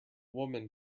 woman